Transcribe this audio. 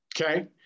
Okay